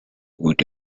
with